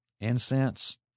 incense